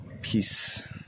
Peace